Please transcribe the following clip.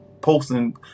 posting